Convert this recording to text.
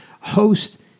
host